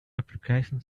application